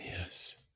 Yes